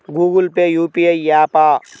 Google Pay UPI య్యాపా?